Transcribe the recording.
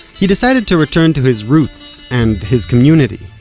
he decided to return to his roots and his community.